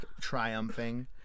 triumphing